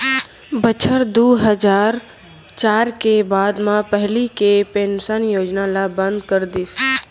बछर दू हजार चार के बाद म पहिली के पेंसन योजना ल बंद कर दिस